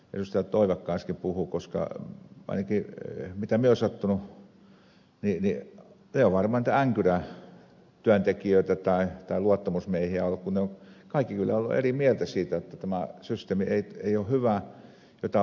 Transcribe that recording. toivakka äsken puhui koska ainakin mitä minä olen sattunut kuulemaan niin ne ovat varmaan niitä änkyrätyöntekijöitä tai luottamusmiehiä olleet kun ne kaikki kyllä olleet eri mieltä siitä jotta tämä systeemi ei ole hyvä jota ollaan rakentamassa